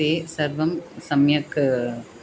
ते सर्वं सम्यक्